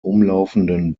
umlaufenden